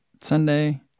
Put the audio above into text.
Sunday